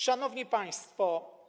Szanowni Państwo!